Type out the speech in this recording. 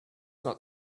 not